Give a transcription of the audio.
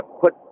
put